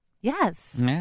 Yes